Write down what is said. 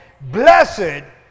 Blessed